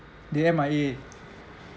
they M_I_A